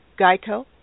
Geico